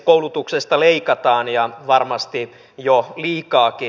koulutuksesta leikataan ja varmasti jo liikaakin